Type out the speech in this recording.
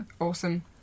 Awesome